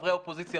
חברי האופוזיציה,